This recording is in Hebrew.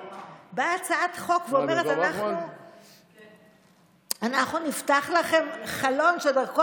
כשהצעת חוק אומרת: אנחנו נפתח לכם חלון שדרכו